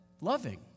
loving